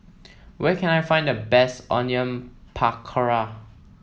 where can I find the best Onion Pakora